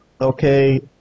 Okay